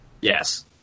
Yes